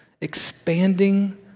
expanding